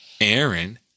Aaron